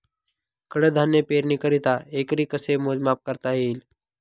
कडधान्य पेरणीकरिता एकरी कसे मोजमाप करता येईल?